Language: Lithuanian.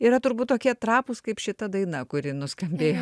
yra turbūt tokie trapūs kaip šita daina kuri nuskambėjo